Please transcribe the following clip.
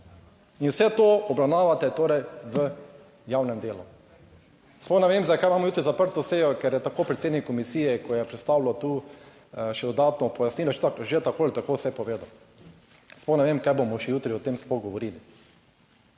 in vse to obravnavate torej v javnem delu sploh ne vem zakaj imamo jutri zaprto sejo, ker je tako predsednik komisije, ko je predstavljal tu še dodatno pojasnilo, že tako ali tako vse povedal, sploh ne vem, kaj bomo še jutri o tem sploh govorili.